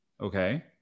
Okay